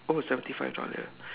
oh seventy five dollar